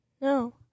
no